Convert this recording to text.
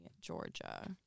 Georgia